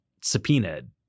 subpoenaed